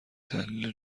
تحلیل